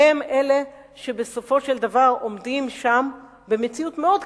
הם אלה שבסופו של דבר עומדים שם במציאות מאוד קשה,